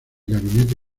gabinete